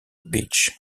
beach